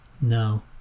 No